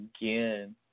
again